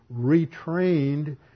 retrained